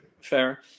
fair